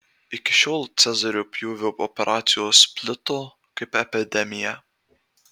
iki šiol cezario pjūvio operacijos plito kaip epidemija